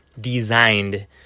designed